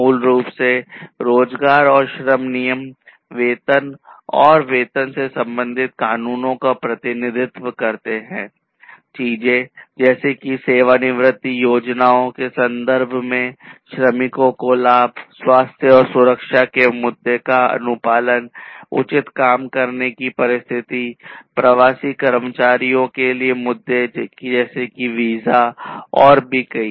मूल रूप से रोजगार और श्रम नियम वेतन और वेतन से संबंधित कानूनों का प्रतिनिधित्व करते हैं चीज़ें जैसे कि सेवानिवृत्ति योजनाओं के संदर्भ में श्रमिकों को लाभ स्वास्थ्य और सुरक्षा के मुद्दे का अनुपालन उचित काम करने की परिस्थिति प्रवासी कर्मचारियों के मुद्दे जैसे कि वीजा और भी कई